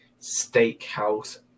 steakhouse